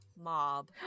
Mob